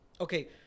Okay